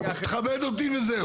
תכבד אותי וזהו,